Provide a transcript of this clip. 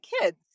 kids